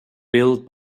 built